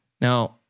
Now